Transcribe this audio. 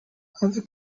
other